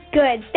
good